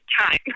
time